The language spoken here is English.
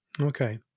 Okay